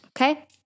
Okay